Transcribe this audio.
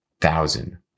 thousand